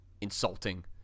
insulting